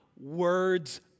words